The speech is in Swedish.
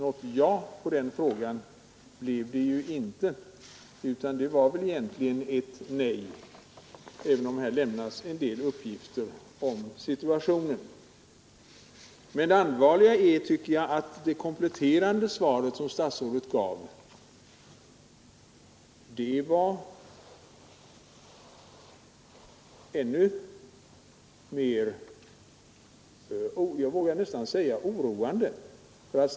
Statsrådet gav inte något jakande svar på den frågan, utan det var egentligen ett nej. Men det allvarliga är att det kompletterande svar som statsrådet gav var — det vågar jag säga — närmast oroande.